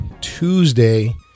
Tuesday